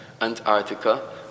Antarctica